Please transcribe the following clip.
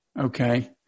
Okay